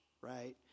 Right